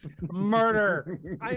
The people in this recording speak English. Murder